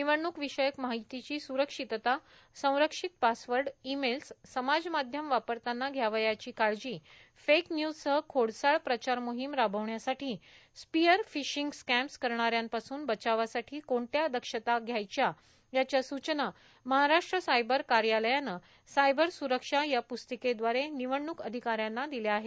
निवडणुकविषयक माहितीची सुरक्षितता संरक्षित पासवर्ड ईमेल्स समाज माध्यम वापरतानाध्यावयाची काळजी फेक न्यूजसह खोडसाळ प्रचार मोहीम राबविण्यासाठी स्पिअर फिशिंग स्कॅम्स करणाऱ्यांपासून बचावासाठी कोणत्या दक्षता ध्याव्यातयाच्या सूचना महाराष्ट्र सायबर कार्यालयाने सायबर सुरक्षा या प्स्तिकेद्वारे निवडणूक अधिकाऱ्यांना दिल्या आहेत